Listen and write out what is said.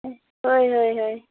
ᱦᱳᱭ ᱦᱳᱭ ᱦᱳᱭ